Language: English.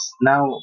Now